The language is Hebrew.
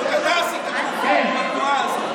אתה עשית שוק בתנועה הזאת.